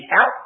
out